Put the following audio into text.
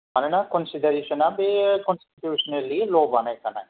मानोना कन्सिदारेसना बे कनस्तितिउसनेलि ल' बानायखानाय